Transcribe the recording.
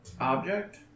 Object